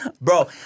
Bro